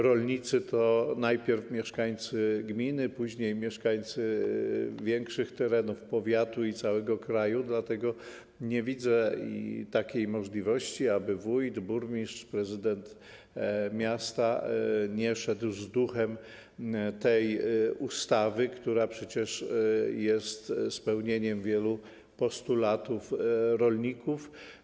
Rolnicy to są najpierw mieszkańcy gminy, później mieszkańcy większych terenów, powiatu i całego kraju, dlatego nie widzę takiej możliwości, aby wójt, burmistrz, prezydent miasta nie szedł z duchem tej ustawy, która przecież jest spełnieniem wielu postulatów rolników.